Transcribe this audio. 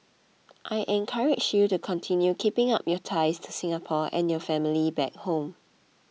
I encourage you to continue keeping up your ties to Singapore and your family back home